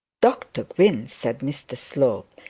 dr gwynne said mr slope,